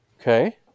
Okay